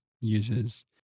uses